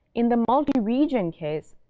in the multi-region case,